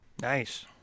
Nice